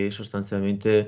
sostanzialmente